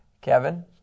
Kevin